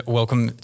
welcome